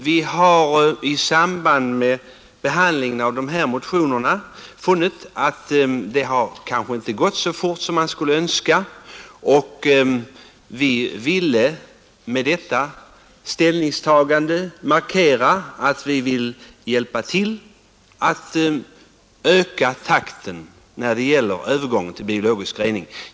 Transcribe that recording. Vi har i samband med behandlingen av de motioner som nu behandlas funnit att det inte har gått så snabbt som man skulle kunna önska, och vi ville med vårt ställningstagande markera att vi vill öka takten när det gäller övergången till biologisk rening.